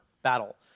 battle